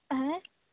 ᱦᱮᱸ